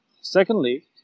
Secondly